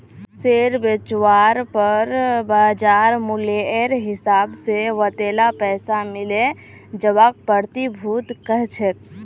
share बेचवार पर बाज़ार मूल्येर हिसाब से वतेला पैसा मिले जवाक प्रतिभूति कह छेक